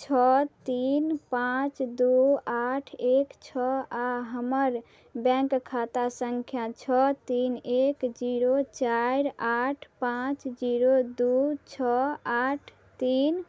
छओ तीन पाँच दुइ आठ एक छओ आओर हमर बैँक खाता सँख्या छओ तीन एक जीरो चारि आठ पाँच जीरो दुइ छओ आठ तीन